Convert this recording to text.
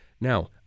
Now